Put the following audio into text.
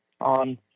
on